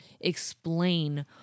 explain